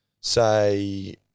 say